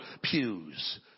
pews